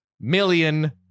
million